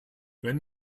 wenn